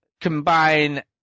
combine